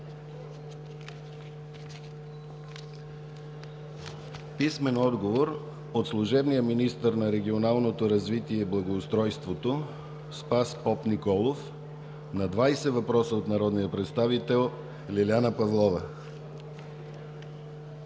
Христо Гаджев; - служебния министър на регионалното развитие и благоустройството Спас Попниколов на 20 въпроса от народния представител Лиляна Павлова;